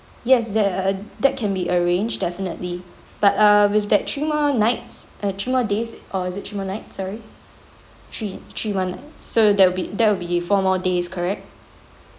yes that err that can be arranged definitely but err with that three more nights uh three more days or is it three more nights sorry three three more nights so that will be that will be four more days correct